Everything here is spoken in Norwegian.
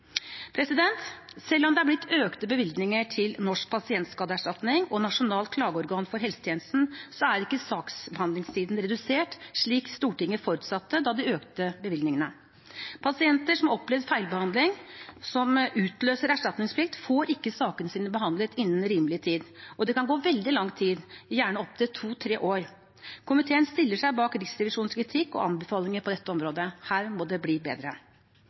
Selv om det er blitt økte bevilgninger til Norsk pasientskadeerstatning og Nasjonalt klageorgan for helsetjenesten, er ikke saksbehandlingstiden redusert, slik Stortinget forutsatte da de økte bevilgningene. Pasienter som har opplevd feilbehandling som utløser erstatningsplikt, får ikke sakene sine behandlet innen rimelig tid, og det kan gå veldig lang tid, gjerne opptil to–tre år. Komiteen stiller seg bak Riksrevisjonens kritikk og anbefalinger på dette området. Her må det bli bedre.